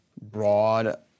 broad